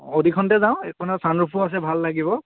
অ'ডিখনতে যাওঁ একো নাই ছানৰোফো আছে ভাল লাগিব